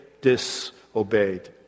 disobeyed